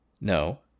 No